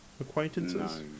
acquaintances